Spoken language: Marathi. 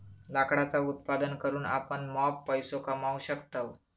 लाकडाचा उत्पादन करून आपण मॉप पैसो कमावू शकतव